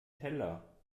teller